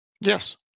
Yes